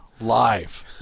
live